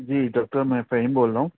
جی doctor میں فہیم بول رہا ہوں